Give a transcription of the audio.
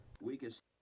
Weakest